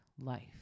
life